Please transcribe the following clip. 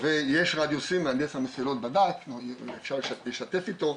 ויש רדיוסים, מהנדס המסילות בדק ואפשר לשתף אותו,